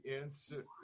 answer